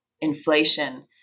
inflation